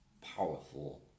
powerful